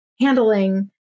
handling